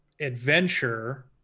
adventure